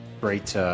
great